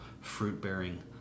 fruit-bearing